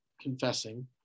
confessing